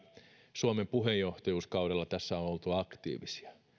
suomen puheenjohtajuuskaudella tässä on on oltu aktiivisia